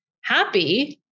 happy